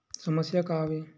समस्या का आवे?